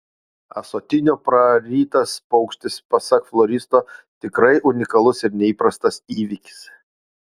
ąsotinio prarytas paukštis pasak floristo tikrai unikalus ir neįprastas įvykis